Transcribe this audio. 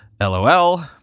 lol